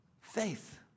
faith